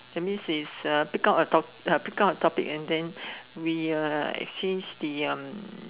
that means is uh pick up a top pick up a topic and then we uh exchange the um